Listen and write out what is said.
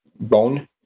bone